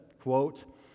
quote